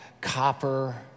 copper